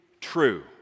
true